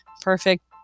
perfect